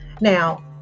Now